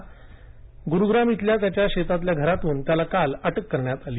असूनगुरूग्राम इथल्या त्याच्या शेतातील घरातून त्याला अटक करण्यात आली